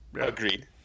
agreed